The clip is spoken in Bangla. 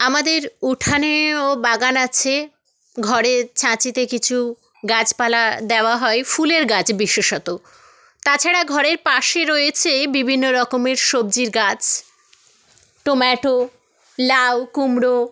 আমাদের উঠানেও বাগান আছে ঘরের ছাঁচিতে কিছু গাছপালা দেওয়া হয় ফুলের গাছ বিশেষত তাছাড়া ঘরের পাশে রয়েছে বিভিন্ন রকমের সবজির গাছ টোমাটো লাউ কুমড়ো